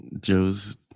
Joe's